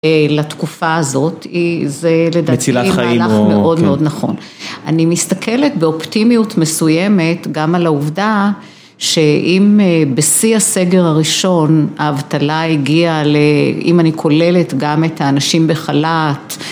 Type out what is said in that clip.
לתקופה הזאת, מצילת חיים, זה לדעתי מהלך מאוד מאוד נכון. אני מסתכלת באופטימיות מסוימת, גם על העובדה שאם בשיא הסגר הראשון, האבטלה הגיעה, אם אני כוללת גם את האנשים בחל"ת.